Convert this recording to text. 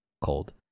cold